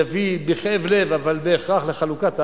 הוא יביא בכאב לב אבל בהכרח לחלוקת הארץ,